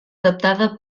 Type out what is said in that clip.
adaptada